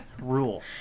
Rule